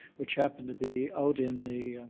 which happened to be out in the